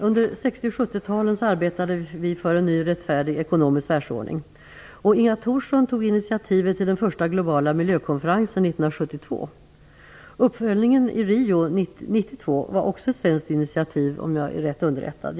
Under 60 och 70-talen arbetade vi för en ny, rättfärdig ekonomisk världsordning. Inga Thorsson tog initiativet till den första globala miljökonferensen 1972. Uppföljningen i Rio 1992 var också ett svenskt initiativ, om jag är rätt underrättad.